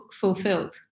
fulfilled